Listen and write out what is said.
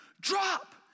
drop